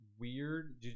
weird